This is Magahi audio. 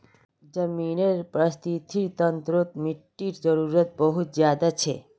ज़मीनेर परिस्थ्तिर तंत्रोत मिटटीर जरूरत बहुत ज़्यादा छे